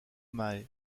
mahé